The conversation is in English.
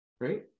Right